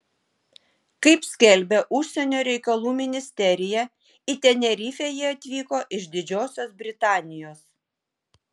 kaip skelbia užsienio reikalų ministerija į tenerifę jie atvyko iš didžiosios britanijos